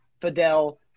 Fidel